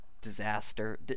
disaster